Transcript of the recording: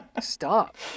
Stop